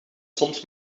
soms